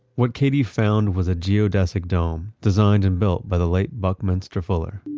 what katie found was a geodesic dome, designed and built by the late buckminster fuller